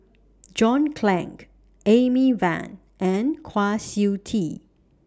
John Clang Amy Van and Kwa Siew Tee